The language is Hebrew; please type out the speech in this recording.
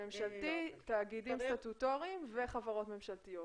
ממשלתי, תאגידים סטטוטוריים וחברות ממשלתיות.